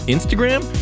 Instagram